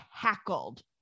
tackled